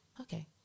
okay